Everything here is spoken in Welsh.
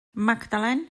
magdalen